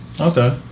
Okay